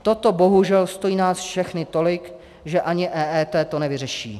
Toto bohužel stojí nás všechny tolik, že ani EET to nevyřeší.